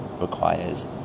requires